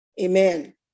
amen